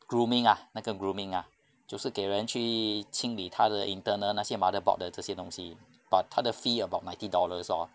grooming ah 那个 grooming ah 就是给人去清理它的 internal 那些 motherboard 的这些东西 but 它的 fee about ninety dollars lor